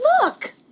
look